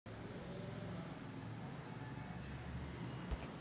व्याजदराची संज्ञा रचना हा वित्त बाजाराचा एक प्रमुख भाग आहे